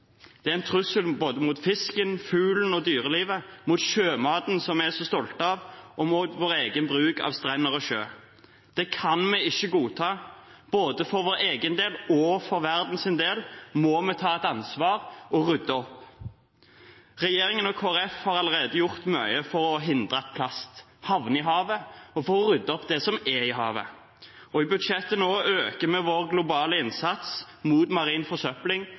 Det er en trussel mot både fisken, fuglen og dyrelivet, mot sjømaten som vi er så stolte av, og mot vår egen bruk av strender og sjø. Det kan vi ikke godta. Både for vår egen del og for verdens del må vi ta et ansvar og rydde opp. Regjeringen og Kristelig Folkeparti har allerede gjort mye for å hindre at plast havner i havet, og for å rydde opp det som er i havet. I budsjettet nå øker vi vår globale innsats mot marin forsøpling